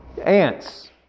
Ants